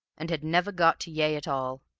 and had never got to yea at all.